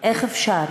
איך אפשר